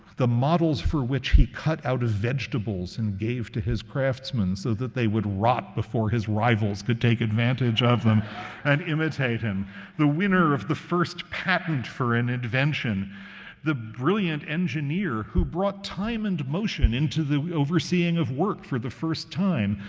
the models for which he cut out of vegetables and gave to his craftsmen so that they would rot before his rivals could take advantage of them and imitate him the winner of the first patent for an invention the brilliant engineer who brought time and motion into the overseeing of work for the first time,